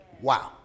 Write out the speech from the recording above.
Wow